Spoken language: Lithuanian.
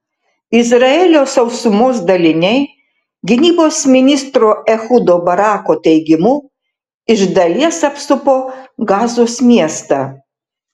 izraelio sausumos daliniai gynybos ministro ehudo barako teigimu iš dalies apsupo gazos miestą